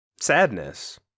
Sadness